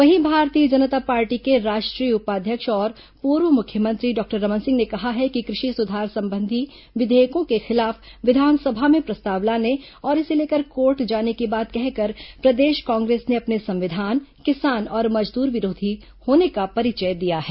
वहीं भारतीय जनता पार्टी के राष्ट्रीय उपाध्यक्ष और पूर्व मुख्यमंत्री डॉक्टर रमन सिंह ने कहा है कि कृषि सुधार संबंधी विघेयकों के खिलाफ विधानसभा में प्रस्ताव लाने और इसे लेकर कोर्ट जाने की बात कहकर प्रदेश कांग्रेस ने अपने संविधान किसान और मजदूर विरोधी होने का परिचय दिया है